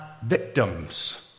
victims